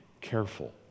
careful